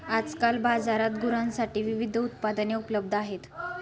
आजकाल बाजारात गुरांसाठी विविध उत्पादने उपलब्ध आहेत